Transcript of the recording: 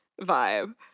vibe